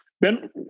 Ben